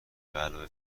بعلاوه